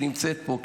שנמצאת פה,